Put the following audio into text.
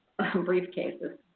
briefcases